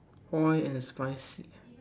oil and spicy